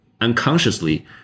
Unconsciously